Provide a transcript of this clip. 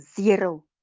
Zero